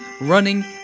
running